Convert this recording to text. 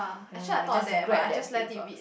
ya like just grab that big box